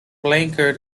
blanchard